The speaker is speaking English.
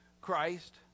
Christ